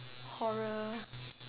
horror